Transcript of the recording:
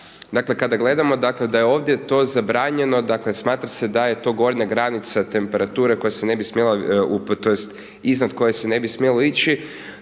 Dakle, kada gledamo dakle, da je ovdje to zabranjeno, dakle, smatra se da je to gornja granica temperature koja se ne bi smjela, tj.